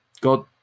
God